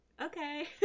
Okay